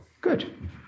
Good